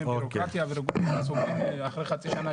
בירוקרטיה ורגולציה סוגרים אחרי חצי שנה,